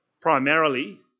Primarily